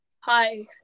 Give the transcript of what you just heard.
Hi